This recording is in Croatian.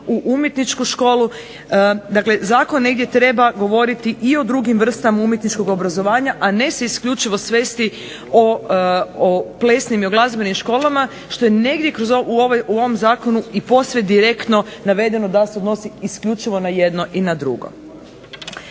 u umjetničku školu, dakle zakon negdje treba govoriti i o drugim vrstama umjetničkog obrazovanja, a ne se isključivo svesti o plesnim i o glazbenim školama, što je negdje u ovom zakonu i posve direktno navedeno da se odnosi isključivo na jedno i na drugo.